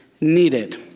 needed